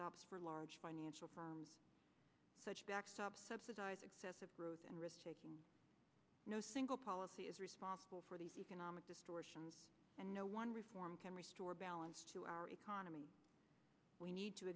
tops for large financial problems such backstop subsidize excessive growth and risk taking no single policy is responsible for the economic distortions and no one reform can restore balance to our economy we need to